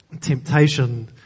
temptation